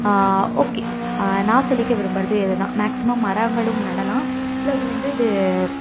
okay நான் சொல்லிக்க விரும்புகிறது இது தான் மேக்சிமம் மரங்களும் நடலாம் ப்ளஸ் வந்து இது